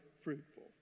fruitful